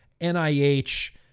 NIH